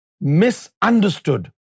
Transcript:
misunderstood